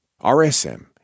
RSM